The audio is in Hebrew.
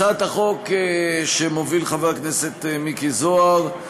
הצעת החוק שמוביל חבר הכנסת מיקי זוהר,